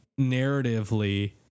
narratively